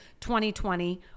2020